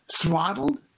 throttled